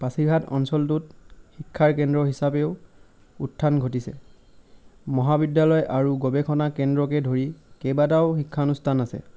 পাছিঘাট অঞ্চলটোত শিক্ষাৰ কেন্দ্ৰ হিচাপেও উত্থান ঘটিছে মহাবিদ্যলয় আৰু গৱেষণা কেন্দ্ৰকে ধৰি কেইবাটাও শিক্ষানুষ্ঠান আছে